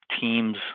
teams